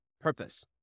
purpose